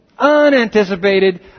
unanticipated